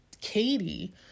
Katie